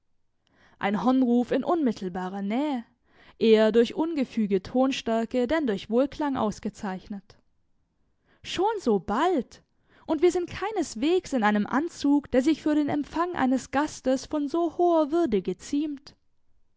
ein hornruf in unmittelbarer nähe eher durch ungefüge tonstärke denn durch wohlklang ausgezeichnet schon so bald und wir sind keineswegs in einem anzug der sich für den empfang eines gastes von so hoher würde geziemt